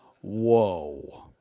whoa